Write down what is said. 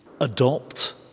adopt